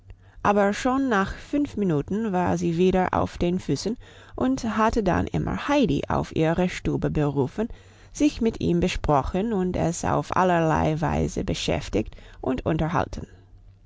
aber schon nach fünf minuten war sie wieder auf den füßen und hatte dann immer heidi auf ihre stube berufen sich mit ihm besprochen und es auf allerlei weise beschäftigt und unterhalten